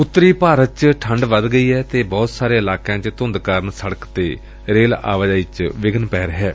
ਉੱਤਰੀ ਭਾਰਤ ਵਿਚ ਠੰਢ ਵਧ ਗਈ ਏ ਅਤੇ ਬਹੁਤ ਸਾਰੇ ਇਲਾਕਿਆਂ ਚ ਧੂੰਦ ਕਾਰਨ ਸੜਕ ਤੇ ਰੇਲ ਆਵਾਜਾਈ ਚ ਵਿਘਨ ਪੈ ਰਿਹੈ